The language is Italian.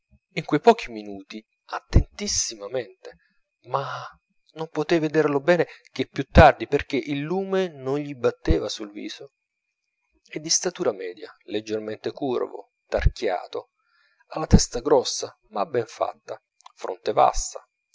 in quei pochi minuti attentissimamente ma non potei vederlo bene che più tardi perchè il lume non gli batteva sul viso è di statura media leggermente curvo tarchiato ha la testa grossa ma ben fatta fronte vasta